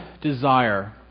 desire